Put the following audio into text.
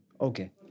Okay